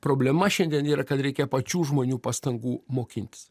problema šiandien yra kad reikia pačių žmonių pastangų mokintis